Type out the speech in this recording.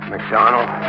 McDonald